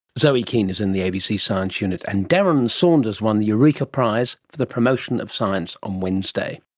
zoe kean is in the abc science unit, and darren saunders won the eureka prize for the promotion of science on wednesday